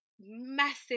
massive